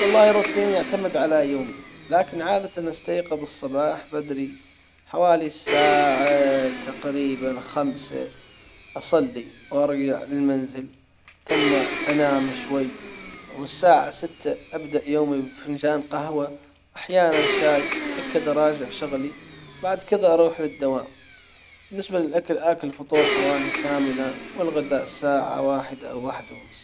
والله روتيني يعتمد على يومي لكن عادة استيقظ الصباح بدري حوالي الساعة تقريبا خمسة اصلي وارجع للمنزل ثم انام شوي والساعة ستة ابدأ يومي بفنجان قهوة احيانا شاي وأتأكد أراجع شغلي بعد كذا اروح للدوام بالنسبة للاكل اكل فطور حوالي الثامنة والغداء ساعة واحدة او واحدة ونص.